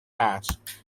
past